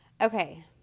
okay